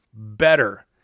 better